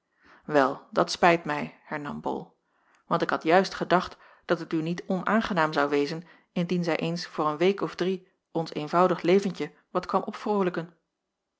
wel dat spijt mij hernam bol want ik had juist gedacht dat het u niet onaangenaam zou wezen indien zij eens voor een week of drie ons eenvoudig leventje wat kwam